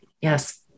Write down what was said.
yes